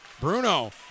Bruno